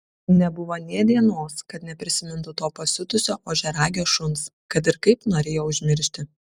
nebuvo nė dienos kad neprisimintų to pasiutusio ožiaragio šuns kad ir kaip norėjo užmiršti